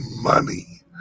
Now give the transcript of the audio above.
money